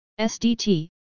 SDT